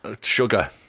sugar